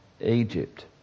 Egypt